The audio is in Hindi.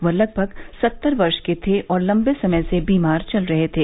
वह लगभग सत्तर वर्ष के थे और लम्बे समय से बीमार चल रहे थे